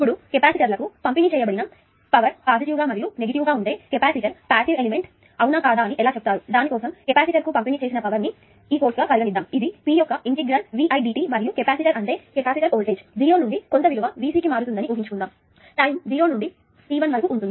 ఇప్పుడు కెపాసిటర్లకు పంపిణీ చేయబడిన పవర్ పాజిటివ్ గా మరియు నెగటివ్ గా ఉంటే కెపాసిటర్ పాసివ్ ఎలిమెంట్ అవునా కాదా అని ఎలా చెబుతారు దాని కోసం కెపాసిటర్కు పంపిణీ చేసిన పవర్ ని ఈ కోర్సుగా పరిగణిస్తాం ఇది p యొక్క ఇంటిగ్రల్ ఇంటిగ్రల్ VI dt మరియు కెపాసిటర్ అంటే కెపాసిటర్ వోల్టేజ్ 0 నుండి కొంత విలువ Vcకి మారుతుందని ఊహించుకుందాం టైం 0 నుండి t1 వరకు ఉంటుంది